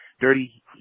Dirty